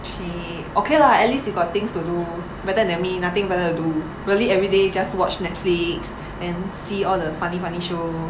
!chey! okay lah at least you got things to do better than me nothing better to do really everyday just watch Netflix and see all the funny funny show